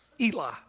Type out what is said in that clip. Eli